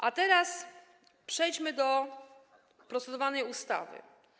A teraz przejdźmy do procedowanej ustawy.